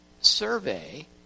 survey